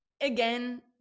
again